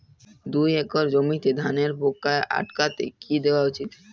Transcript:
দুই একর জমিতে ধানের পোকা আটকাতে কি দেওয়া উচিৎ?